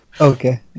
Okay